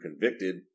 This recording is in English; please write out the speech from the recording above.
convicted